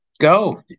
Go